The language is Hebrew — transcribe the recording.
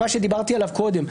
מה שדיברתי עליו קודם,